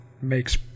makes